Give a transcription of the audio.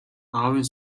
аавын